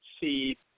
see